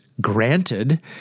granted